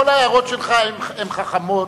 כל ההערות שלך הן חכמות.